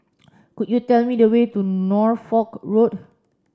could you tell me the way to Norfolk Road